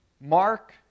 Mark